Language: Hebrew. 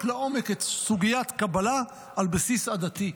לעומק את סוגית הקבלה על בסיס עדתי,